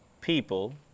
people